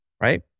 right